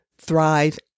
thrive